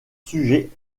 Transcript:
sujet